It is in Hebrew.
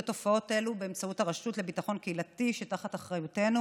התופעות האלה באמצעות הרשות לביטחון קהילתי שתחת אחריותנו.